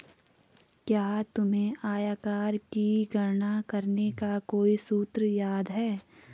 क्या तुम्हें आयकर की गणना करने का कोई सूत्र याद है?